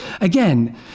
Again